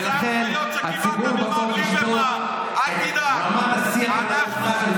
ולכן הציבור בסוף ישפוט את רמת השיח הנמוכה שלך,